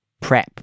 prep